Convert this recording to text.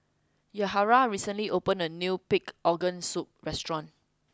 Yahaira recently opened a new Pig'S Organ Soup restaurant